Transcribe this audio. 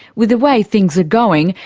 with the way things are going,